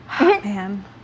Man